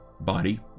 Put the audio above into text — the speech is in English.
body